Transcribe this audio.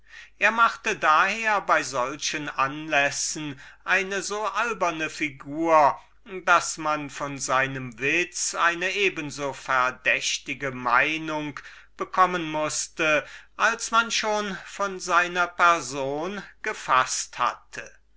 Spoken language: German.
er machte daher bei solchen anlässen eine so alberne figur daß man von seinem witz eine eben so verdächtige meinung bekommen mußte als man schon von seiner person gefaßt hatte